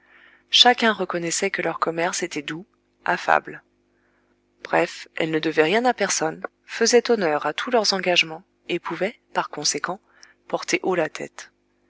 chacun reconnaissait que leur commerce était doux affable bref elles ne devaient rien à personne faisaient honneur à tous leurs engagements et pouvaient par conséquent porter haut la tête